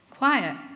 quiet